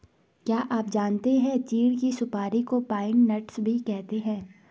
क्या आप जानते है चीढ़ की सुपारी को पाइन नट्स भी कहते है?